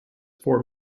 for